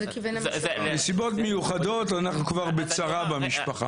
נסיבות מיוחדות אנחנו כבר בצרה במשפחה.